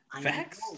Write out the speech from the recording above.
Facts